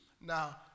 Now